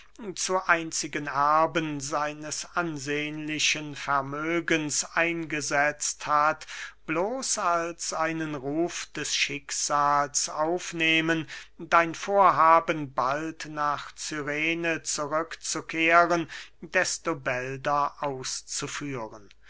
zu einzigen erben seines ansehnlichen vermögens eingesetzt hat bloß als einen ruf des schicksals aufnehmen dein vorhaben bald nach cyrene zurück zu kehren desto bälder auszuführen